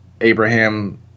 Abraham